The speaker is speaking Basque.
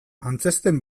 antzezten